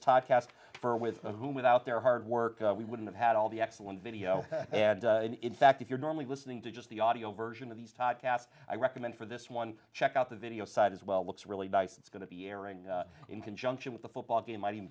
cast for with whom without their hard work we wouldn't have had all the excellent video and in fact if you're normally listening to just the audio version of these typecast i recommend for this one check out the video site as well looks really nice it's going to be airing in conjunction with the football game might even